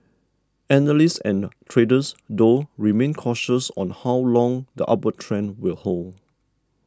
analysts and traders though remain cautious on how long the upward trend will hold